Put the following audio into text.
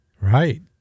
Right